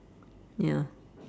ya